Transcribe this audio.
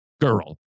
girl